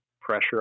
pressure